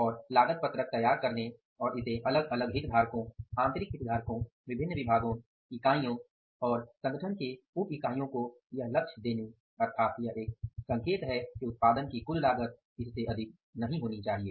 और लागत पत्रक तैयार करने और इसे अलग अलग हितधारकों आंतरिक हितधारकों विभिन्न विभागों इकाइयों और संगठन के उपइकाईयों को यह लक्ष्य देने अर्थात यह एक संकेत है कि उत्पादन की कुल लागत इससे अधिक नहीं होनी चाहिए